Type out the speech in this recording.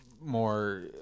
more